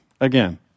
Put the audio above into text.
Again